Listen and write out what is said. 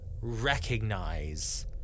recognize